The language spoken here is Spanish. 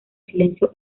silencio